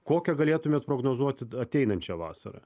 kokią galėtumėt prognozuoti ateinančią vasarą